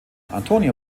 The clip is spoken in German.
antonio